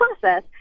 process